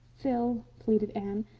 phil, pleaded anne,